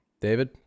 David